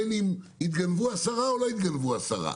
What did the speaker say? בין אם התגנבו עשרה או לא התגנבו עשרה,